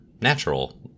natural